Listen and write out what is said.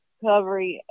Recovery